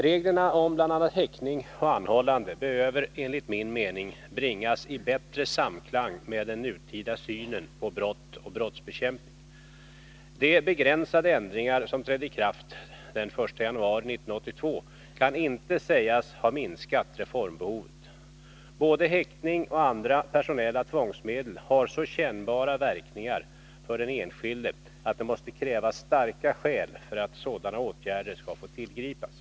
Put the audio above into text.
Reglerna om bl.a. häktning och anhållande behöver enligt min mening Nr 86 bringas i bättre samklang med den nutida synen på brott och brottsbekämp Måndagen den ning. De begränsade ändringar som trädde i kraft den 1 januari 1982 kan inte 28 februari 1983 sägas ha minskat reformbehovet. Både häktning och andra personella tvångsmedel har så kännbara verkningar för den enskilde att det måste Om översyn av krävas starka skäl för att sådana åtgärder skall få tillgripas.